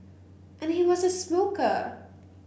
and he was a smoker